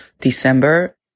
December